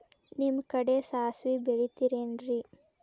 ನಿಮ್ಮ ಕಡೆ ಸಾಸ್ವಿ ಬೆಳಿತಿರೆನ್ರಿ?